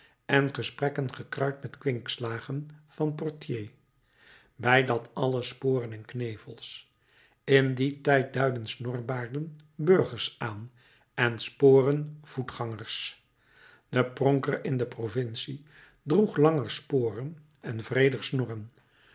en gesprekken gekruid met kwinkslagen van potier bij dat alles sporen en knevels in dien tijd duidden snorbaarden burgers aan en sporen voetgangers de pronker in de provincie droeg langer sporen en wreeder snorren